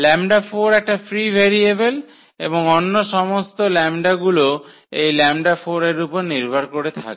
λ4 একটা free variable এবং অন্য সমস্ত λ গুলো এই λ4 এর উপর নির্ভর করে থাকে